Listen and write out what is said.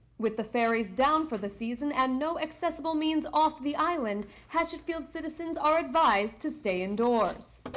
with the ferries down for the season and no accessible means off the island, hatchetfield citizens are advised to stay indoors